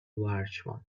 large